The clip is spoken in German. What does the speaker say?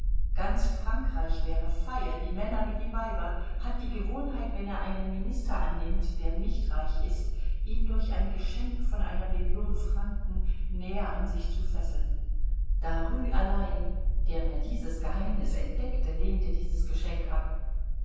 ganz frankreich wäre feil die männer wie die weiber hat die gewohnheit wenn er einen minister annimmt der nicht reich ist ihn durch ein geschenk von einer million franken näher an sich zu fesseln daru allein der mir dieses geheimnis entdeckte lehnte dieses geschenk ab